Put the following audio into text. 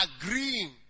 agreeing